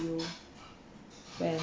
you when